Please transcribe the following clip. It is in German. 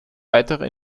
weitere